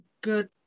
good